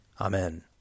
Amen